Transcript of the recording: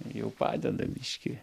jau padeda biškį